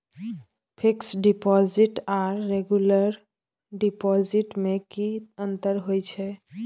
Fix deposit आर regular deposit में की अंतर होय छै?